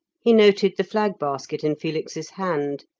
he noted the flag basket in felix's hand,